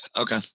Okay